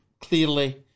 clearly